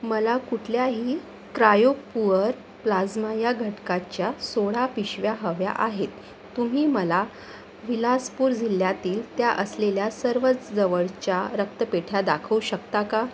मला कुटल्याही cryo poor plasma या घटकाच्या सोळा पिशव्या हव्या आहेत तुम्ही मला विलासपूर जिल्ह्यातील त्या असलेल्या सर्व जवळच्या रक्तपेढ्या दाखवू शकता का